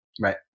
Right